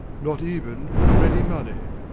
not even for ready money.